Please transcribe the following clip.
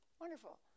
Wonderful